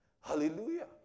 Hallelujah